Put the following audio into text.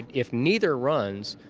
if neither runs,